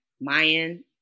Mayan